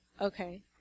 Okay